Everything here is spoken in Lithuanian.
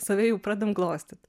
save jau pradedam glostyt